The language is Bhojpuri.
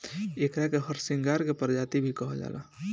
एकरा के हरसिंगार के प्रजाति भी कहल जाला